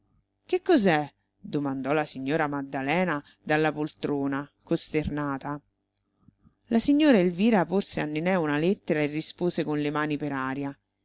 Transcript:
che cos'è domandò la signora maddalena dalla poltrona costernata la signora elvira porse a nené una lettera e rispose con le mani per aria